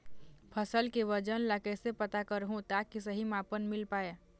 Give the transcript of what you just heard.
फसल के वजन ला कैसे पता करहूं ताकि सही मापन मील पाए?